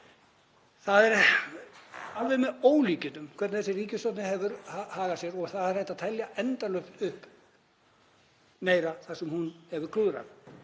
Það er alveg með ólíkindum hvernig þessi ríkisstjórn hefur hagað sér og það er hægt að telja endalaust upp meira þar sem hún hefur klúðrað.